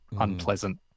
unpleasant